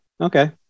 okay